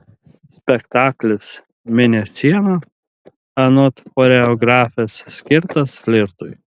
spektaklis mėnesiena anot choreografės skirtas flirtui